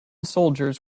soldiers